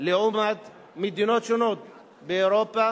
לעומת מדינות שונות באירופה